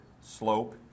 slope